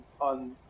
on